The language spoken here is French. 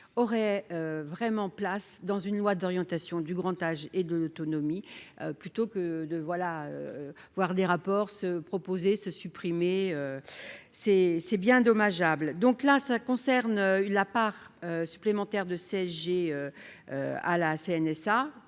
aurait vraiment place dans une loi d'orientation du grand âge et de l'autonomie, plutôt que de voilà, voir des rapports se proposés se supprimer, c'est c'est bien dommageable, donc là ça concerne la part supplémentaire de CSG à la CNSA